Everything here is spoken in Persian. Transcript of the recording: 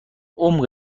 عمق